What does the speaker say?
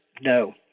no